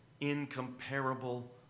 incomparable